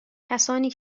کسانی